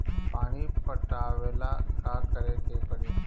पानी पटावेला का करे के परी?